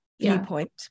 viewpoint